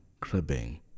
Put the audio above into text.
cribbing